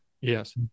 Yes